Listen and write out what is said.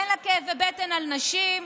אין לה כאבי בטן על נשים.